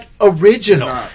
original